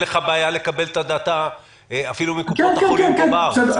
לך בעיה לקבל את הדאטא אפילו מקופות החולים בארץ.